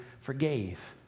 forgave